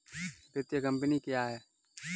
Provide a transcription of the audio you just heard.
वित्तीय कम्पनी क्या है?